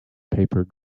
paper